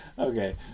Okay